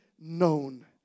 known